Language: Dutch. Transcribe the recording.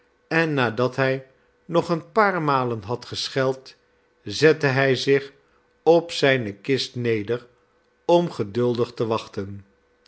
en nadat hij nog een paar malen had gescheld zette hij zich op zijne kist neder om geduldig te wachten